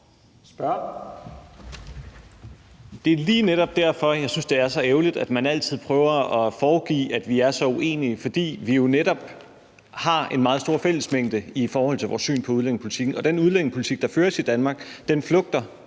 Det er lige netop derfor, jeg synes, det er så ærgerligt, at man altid prøver at foregive, at vi er så uenige, fordi vi jo netop har en meget stor fællesmængde i forhold til vores syn på udlændingepolitikken, og den udlændingepolitik, der føres i Danmark, flugter